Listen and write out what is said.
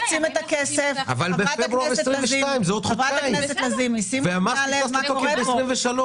חברת הכנסת לזימי, שימי לב מה קורה פה,